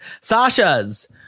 Sasha's